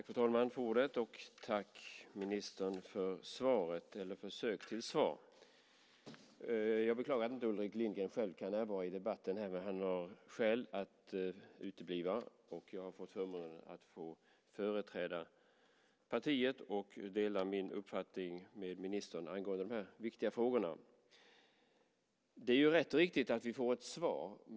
Fru talman! Tack för svaret, ministern, eller försöket till svar! Jag beklagar att Ulrik Lindgren inte själv kan närvara i debatten, men han har skäl att utebli. Jag har fått förmånen att företräda partiet och dela min uppfattning med ministern angående de här viktiga frågorna. Det är rätt och riktigt att vi får ett svar.